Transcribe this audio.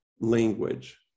language